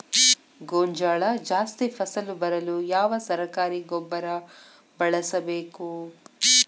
ಗೋಂಜಾಳ ಜಾಸ್ತಿ ಫಸಲು ಬರಲು ಯಾವ ಸರಕಾರಿ ಗೊಬ್ಬರ ಬಳಸಬೇಕು?